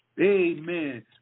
amen